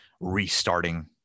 restarting